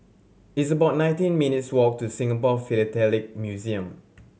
it's about nineteen minutes' walk to Singapore Philatelic Museum